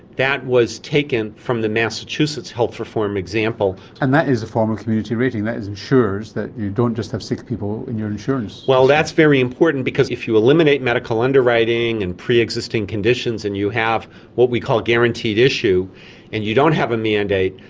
that was taken from the massachusetts health reform example. and that is a form of community rating, that ensures that you don't just have sick people in your insurance. that's very important because if you eliminate medical underwriting and pre-existing conditions and you have what we call guaranteed issue and you don't have a mandate,